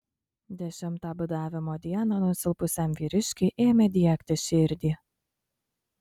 dešimtą badavimo dieną nusilpusiam vyriškiui ėmė diegti širdį